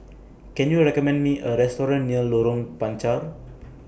Can YOU recommend Me A Restaurant near Lorong Panchar